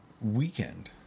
weekend